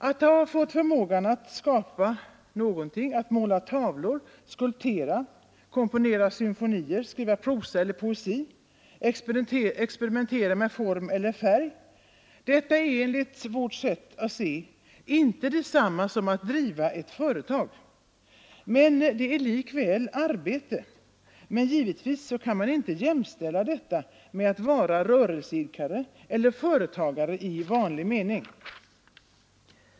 Att måla tavlor, skulptera, komponera symfonier, skriva prosa eller poesi, experimentera med färg och form — detta är enligt vårt sätt att se inte detsamma som att driva ett företag. Det är likväl arbete, men givetvis kan man inte jämställa detta med att vara rörelseidkare eller företagare i vanlig mening.